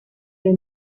the